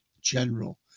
general